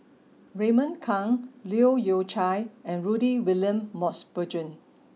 Raymond Kang Leu Yew Chye and Rudy William Mosbergen